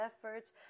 efforts